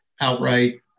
outright